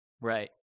Right